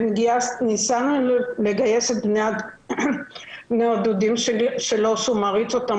וניסינו לגייס את בני הדודים שלו שהוא מעריץ אותם,